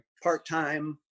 part-time